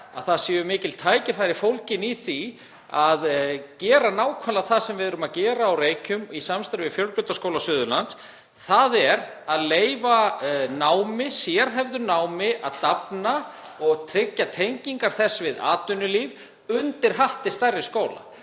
að það séu mikil tækifæri fólgin í því að gera nákvæmlega það sem við erum að gera á Reykjum í samstarfi við Fjölbrautaskóla Suðurlands, þ.e. að leyfa sérhæfðu námi að dafna og tryggja tengingar þess við atvinnulíf undir hatti stærri skóla.